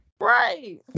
Right